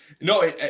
No